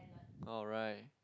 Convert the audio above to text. alright